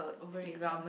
over it ah